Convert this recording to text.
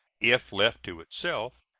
if left to itself,